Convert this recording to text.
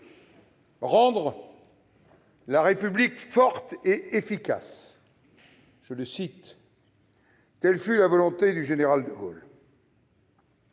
Rendre la République forte et efficace », telle fut la volonté du général de Gaulle.